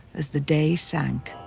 as the day sank.